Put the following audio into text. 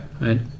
Right